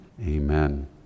Amen